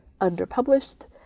underpublished